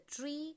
tree